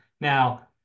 Now